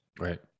right